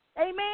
Amen